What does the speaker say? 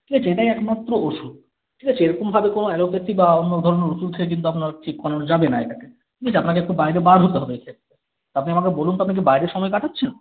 ঠিক আছে এটাই একমাত্র ওষুধ ঠিক আছে এরকমভাবে কোনো অ্যালোপেথি বা অন্য ধরনের ওষুধ খেয়ে কিন্তু আপনার ঠিক করানো যাবে না এটাকে ঠিক আছে আপনাকে একটু বাইরে বার হতে হবে আপনি আমাকে বলুন তো আপনি কি বাইরে সময় কাটাচ্ছেন